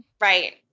Right